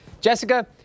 Jessica